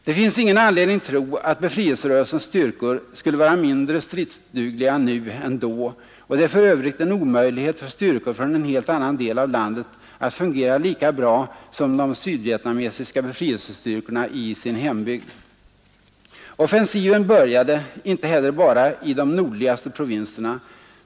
Det finns ingen anledning tro att befrielserörelsens styrkor skulle vara mindre stridsdugliga nu än då. Och det är för övrigt en omöjlighet för styrkor från en helt annan del av landet att fungera lika bra som de sydvietnamesiska befrielsestyrkorna i sin hembygd. Offensiven började inte heller bara i de nordligaste provinserna.